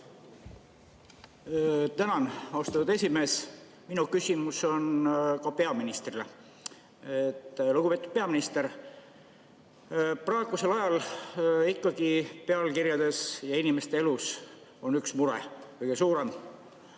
Tänan, austatud esimees! Minu küsimus on ka peaministrile. Lugupeetud peaminister! Praegusel ajal on ikkagi pealkirjades ja inimeste elus üks mure kõige suurem.